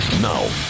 Now